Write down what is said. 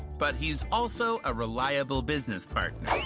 but he's also a reliable business partner.